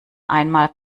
einmal